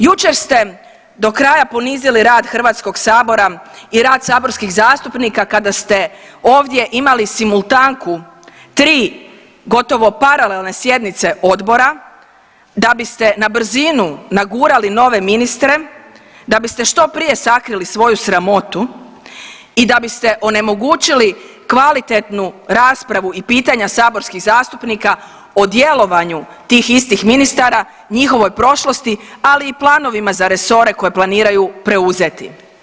Jučer ste do kraja ponizili rad HS-a i rad saborskih zastupnika kada ste ovdje imali simultanku tri gotovo paralelne sjednice odbora da biste na brzinu nagurali nove ministre, da biste što prije sakrili svoju sramotu i da biste onemogućili kvalitetnu raspravu i pitanja saborskih zastupnika o djelovanju tih istih ministara, njihovoj prošlosti, ali i planovima za resore koje planiraju preuzeti.